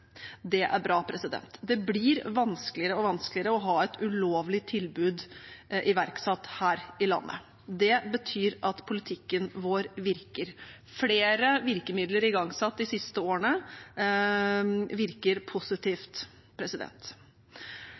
Det er bra. Det blir vanskeligere og vanskeligere å ha et ulovlig tilbud iverksatt her i landet. Det betyr at politikken vår virker. Flere virkemidler igangsatt de siste årene virker positivt.